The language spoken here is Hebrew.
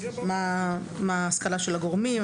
מה ההשכלה של הגורמים,